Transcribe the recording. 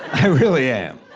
i really am.